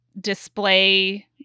display